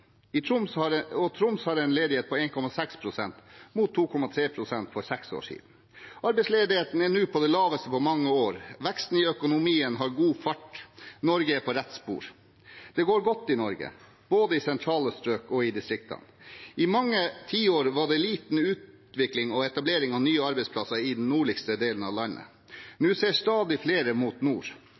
2013. Troms har en ledighet på 1,6 pst., mot 2,3 pst. for seks år siden. Arbeidsledigheten er nå den laveste på mange år. Veksten i økonomien har god fart. Norge er på rett spor. Det går godt i Norge, både i sentrale strøk og i distriktene. I mange tiår var det lite utvikling og etablering av nye arbeidsplasser i den nordligste delen av landet. Nå ser stadig flere mot nord.